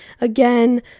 Again